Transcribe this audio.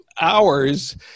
hours